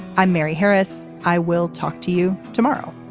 i'm mary harris. i will talk to you tomorrow